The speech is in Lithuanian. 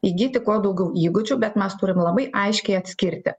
įgyti kuo daugiau įgūdžių bet mes turim labai aiškiai atskirti